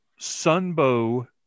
sunbow